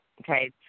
Okay